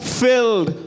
filled